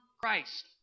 Christ